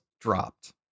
dropped